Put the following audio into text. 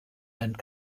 and